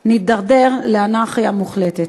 נידרדר לאנרכיה מוחלטת.